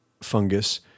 fungus